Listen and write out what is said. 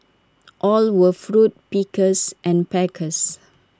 all were fruit pickers and packers